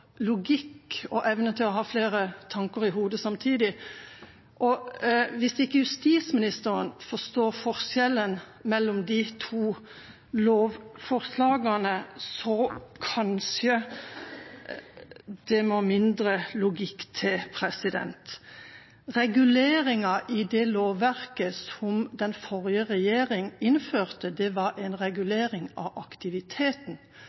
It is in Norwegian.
logikk og evnen til å ha flere tanker i hodet samtidig, og hvis ikke justisministeren forstår forskjellen på de to lovforslagene, så må det kanskje mindre logikk til. Reguleringa i det lovverket som den forrige regjering innførte, var en regulering av aktiviteten